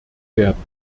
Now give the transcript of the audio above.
werden